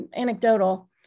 anecdotal